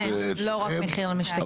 לא רק מחיר למשתכן.